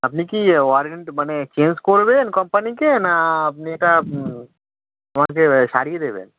আপনি কি ওয়ারেন্ট মানে চেঞ্জ করবেন কোম্পানিকে না আপনি এটা আমাকে সারিয়ে দেবেন